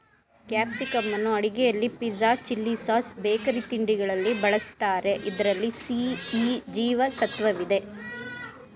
ಕ್ಯಾಪ್ಸಿಕಂನ್ನು ಅಡುಗೆಯಲ್ಲಿ pizza, chilli sauce, bakery ತಿಂಡಿಗಳಲ್ಲಿ ಬಳ್ಸತ್ತರೆ ಇದ್ರಲ್ಲಿ ಸಿ, ಇ ಜೀವ ಸತ್ವವಿದೆ